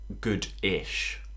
good-ish